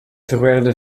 verwijderde